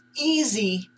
easy